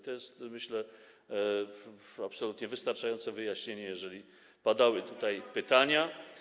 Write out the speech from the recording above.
To jest, myślę, absolutnie wystarczające wyjaśnienie, jeżeli padały tutaj pytania.